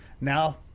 Now